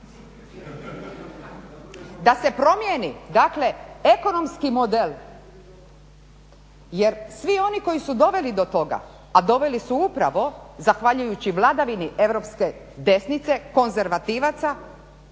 Da se promijeni, dakle ekonomski model. Jer svi oni koji su doveli do toga, a doveli su upravo zahvaljujući vladavini europske desnice, konzervativaca